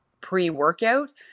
pre-workout